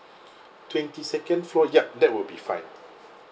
twenty second floor yup that would be fine